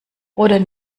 oder